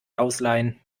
ausleihen